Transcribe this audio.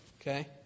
okay